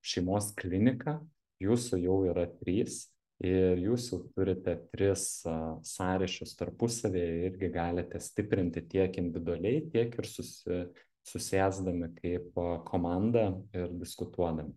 šeimos klinika jūsų jau yra trys ir jūs jau turite tris sąryšius tarpusavyje irgi galite stiprinti tiek individualiai tiek ir susi susėsdami kaip komanda ir diskutuodami